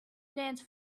dance